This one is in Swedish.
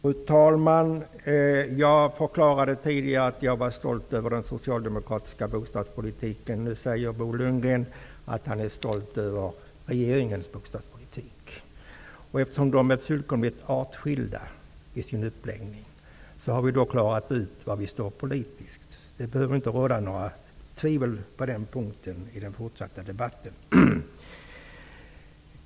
Fru talman! Jag förklarade tidigare att jag var stolt över den socialdemokratiska bostadspolitiken. Nu säger Bo Lundgren att han är stolt över regeringens bostadspolitik. Eftersom de är fullständigt åtskilda i sin uppläggning, har vi klarat ut var vi står politiskt. Det behöver inte råda något tvivel på den punkten i den fortsatta debatten.